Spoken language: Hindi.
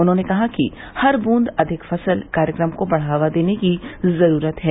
उन्होंने कहा कि हर बूंद अधिक फसल कार्यक्रम को बढ़ावा देने की जरूरत है